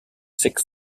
six